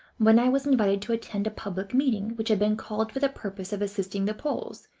when i was invited to attend a public meeting which had been called for the purpose of assisting the poles,